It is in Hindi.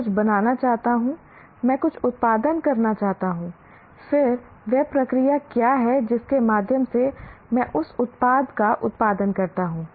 मैं कुछ बनाना चाहता हूं मैं कुछ उत्पादन करना चाहता हूं फिर वह प्रक्रिया क्या है जिसके माध्यम से मैं उस उत्पाद का उत्पादन करता हूं